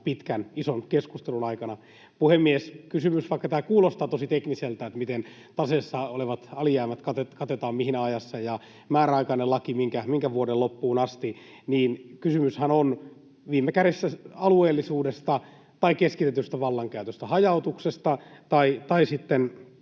pitkän, ison keskustelun aikana. Puhemies! Vaikka tämä kuulostaa tosi tekniseltä, miten taseessa olevat alijäämät katetaan, missä ajassa ja minkä vuoden loppuun asti on määräaikainen laki, niin kysymyshän on viime kädessä alueellisuudesta ja keskitetystä vallankäytöstä, hajautuksesta ja sitten